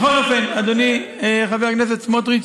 בכל אופן, אדוני חבר הכנסת סמוטריץ,